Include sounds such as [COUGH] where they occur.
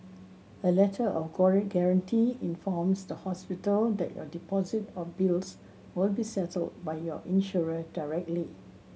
a Letter of [UNINTELLIGIBLE] Guarantee informs the hospital that your deposit or bills will be settled by your insurer directly